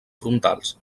frontals